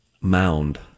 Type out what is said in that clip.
Mound